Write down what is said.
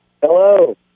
Hello